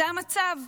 זה המצב.